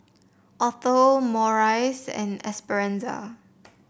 Othel Maurice and Esperanza